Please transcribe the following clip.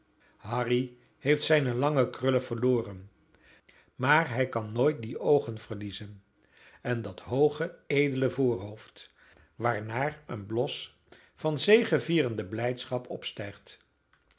harry heeft zijne lange krullen verloren maar hij kan nooit die oogen verliezen en dat hooge edele voorhoofd waarnaar een blos van zegevierende blijdschap opstijgt